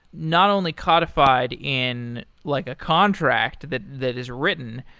not only codified in like a contract that that is written,